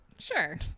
sure